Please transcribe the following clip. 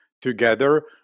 Together